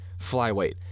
flyweight